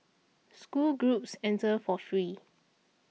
school groups enter for free